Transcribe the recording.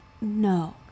No